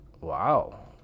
Wow